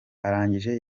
arangije